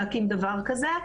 להקים דבר כזה.